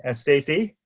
ah stacey,